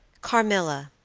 carmilla,